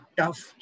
tough